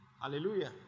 Hallelujah